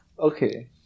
Okay